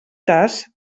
cas